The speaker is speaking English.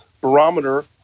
barometer